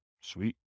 Sweet